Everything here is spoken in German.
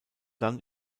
dann